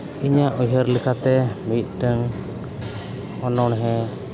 ᱤᱧᱟᱹᱜ ᱩᱭᱦᱟᱹᱨ ᱞᱮᱠᱟᱛᱮ ᱢᱤᱫᱴᱟᱹᱱ ᱚᱱᱚᱬᱦᱮ